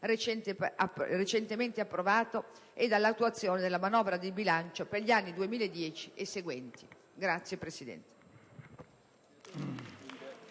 recentemente approvato, all'attuazione della manovra di bilancio per gli anni 2010 e seguenti. *(Applausi